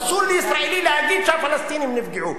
אסור לישראלי להגיד שהפלסטינים נפגעו.